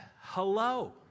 Hello